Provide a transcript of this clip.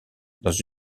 dans